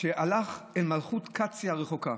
שהלך אל מלכות קציא הרחוקה.